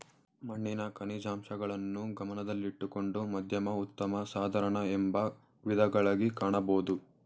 ಮಣ್ಣಿನ ಖನಿಜಾಂಶಗಳನ್ನು ಗಮನದಲ್ಲಿಟ್ಟುಕೊಂಡು ಮಧ್ಯಮ ಉತ್ತಮ ಸಾಧಾರಣ ಎಂಬ ವಿಧಗಳಗಿ ಕಾಣಬೋದು